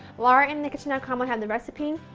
larainthekitchen dot com will have the recipe.